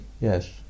Yes